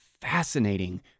fascinating